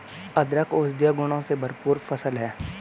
अदरक औषधीय गुणों से भरपूर फसल है